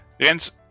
Rens